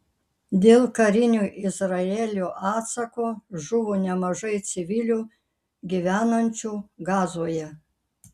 dėl karinio izraelio atsako žuvo nemažai civilių gyvenančių gazoje